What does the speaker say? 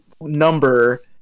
number